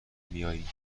میائی